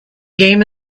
game